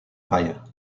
payer